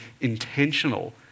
intentional